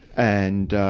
and, ah,